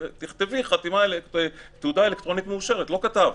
תכתבי "תעודה אלקטרונית מאושרת" לא כתבת.